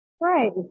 Right